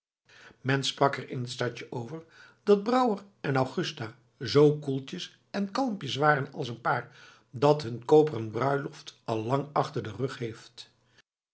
sprak er in t stadje over dat brouwer en augusta zoo koeltjes en kalmpjes waren als een paar dat hun koperen bruiloft al lang achter den rug heeft